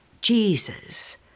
Jesus